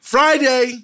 Friday